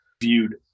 viewed